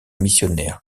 missionnaires